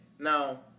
Now